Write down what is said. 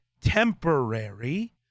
temporary